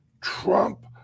Trump